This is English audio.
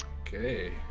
Okay